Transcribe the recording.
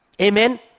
Amen